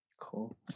Cool